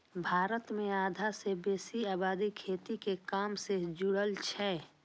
भारत मे आधा सं बेसी आबादी खेती के काम सं जुड़ल छै